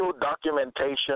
documentation